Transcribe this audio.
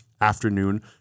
afternoon